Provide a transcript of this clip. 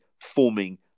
forming